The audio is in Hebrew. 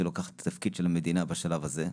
שלוקחת את התפקיד של המדינה בשלב הזה.